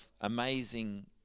amazing